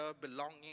belonging